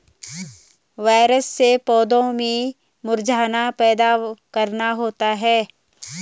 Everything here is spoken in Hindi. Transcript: वायरस से पौधों में मुरझाना पैदा करना होता है